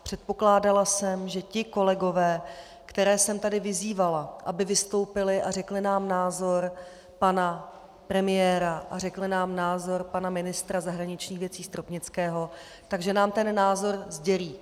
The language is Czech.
Předpokládala jsem, že ti kolegové, které jsem tady vyzývala, aby vystoupili a řekli nám názor pana premiéra a řekli nám názor pana ministra zahraničních věcí Stropnického, že nám ten názor sdělí.